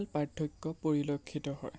পাৰ্থক্য পৰিলক্ষিত হয়